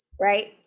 right